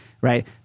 right